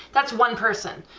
that's one person,